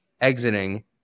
exiting